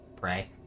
Pray